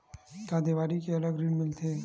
का देवारी के अलग ऋण मिलथे?